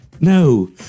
No